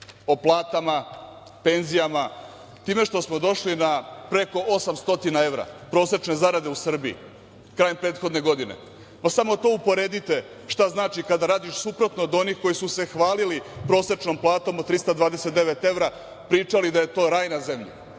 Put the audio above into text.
o platama, penzijama, time što smo došli preko 800 evra prosečne zarade u Srbiji krajem prethodne godine. Pa, samo to uporedite šta znači kada radiš suprotno od onih koji su se hvalili prosečnom platom od 329 evra, pričali da je to raj na zemlji,